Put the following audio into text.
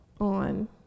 on